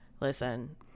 Listen